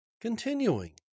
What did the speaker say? Continuing